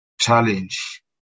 challenge